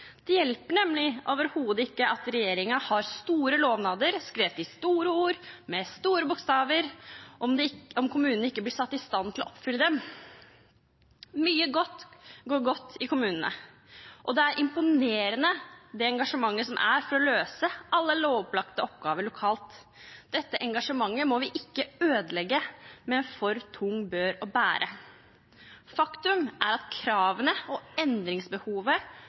Det hjelper nemlig overhodet ikke at regjeringen har store lovnader skrevet i store ord med store bokstaver om kommunene ikke blir satt i stand til å oppfylle dem. Mye går godt i kommunene, og det er et imponerende engasjement for å løse alle lovpålagte oppgaver lokalt. Dette engasjementet må vi ikke ødelegge med en for tung bør å bære. Faktum er at kravene og endringsbehovet